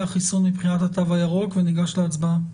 החיסון מבחינת התו הירוק וניגש להצבעה.